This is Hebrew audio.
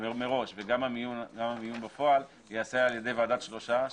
ומראש וגם המיון בפועל ייעשה על ידי ועדת שלושה,